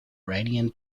iranian